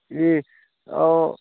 ए